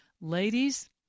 Ladies